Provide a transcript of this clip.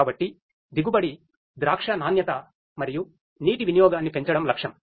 కాబట్టి దిగుబడి ద్రాక్ష నాణ్యత మరియు నీటి వినియోగాన్ని పెంచడం లక్ష్యం